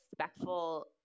respectful